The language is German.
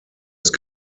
ist